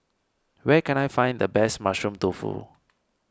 where can I find the best Mushroom Tofu